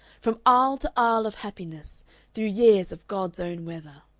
from isle to isle of happiness through year's of god's own weather.